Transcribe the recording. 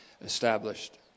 established